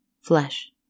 flesh